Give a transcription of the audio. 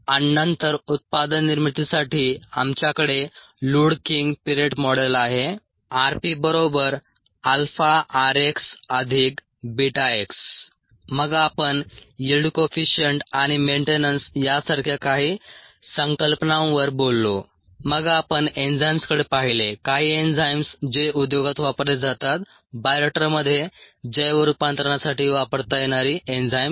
आणि नंतर उत्पादन निर्मितीसाठी आमच्याकडे लुडकींग पिरेट मॉडेल आहे rpαrxβx मग आपण यिल्ड कोइफिशियंट आणि मेंटेनन्स यासारख्या काही संकल्पनांवर बोललो मग आपण एन्झाईम्सकडे पाहिले काही एन्झाईम्स जे उद्योगात वापरले जातात बायोरिएक्टरमध्ये जैव रूपांतरणासाठी वापरता येणारी एन्झाईम्स